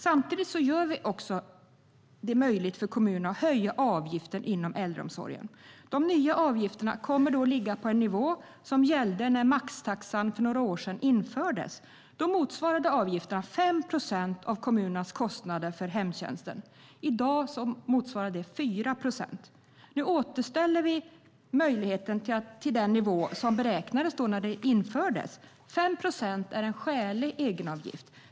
Samtidigt gör vi det möjligt för kommunerna att höja avgifterna inom äldreomsorgen. De nya avgifterna kommer då att ligga på den nivå som gällde när maxtaxan för några år sedan infördes. Då motsvarade avgifterna 5 procent av kommunernas kostnader för hemtjänsten. I dag motsvarar de ca 4 procent. Nu återställer vi avgifterna till den nivå som beräknades vid införandet av maxtaxan. 5 procent är en skälig egenavgift.